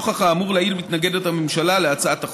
נוכח האמור לעיל, מתנגדת הממשלה להצעת החוק.